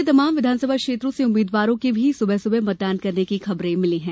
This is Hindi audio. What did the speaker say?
प्रदेश के तमाम विधानसभा क्षेत्रों से उम्मीद्वारों के भी सुबह सुबह मतदान करने की खबरें मिलीं हैं